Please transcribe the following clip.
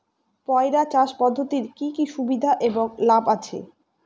পয়রা চাষ পদ্ধতির কি কি সুবিধা এবং লাভ আছে?